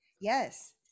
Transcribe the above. yes